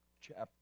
Chapter